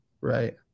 right